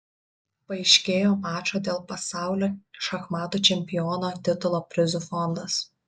paaiškėjo mačo dėl pasaulio šachmatų čempiono titulo prizų fondas